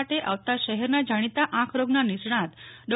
માટે આવતા શહેરના જાણીતા આંખરોગના નિષ્ણાંત ડો